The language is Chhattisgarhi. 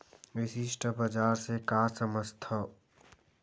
विशिष्ट बजार से का समझथव?